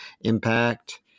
impact